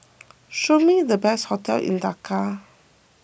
show me the best hotels in Dakar